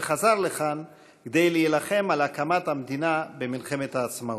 וחזר לכאן כדי להילחם על הקמת המדינה במלחמת העצמאות.